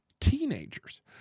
teenagers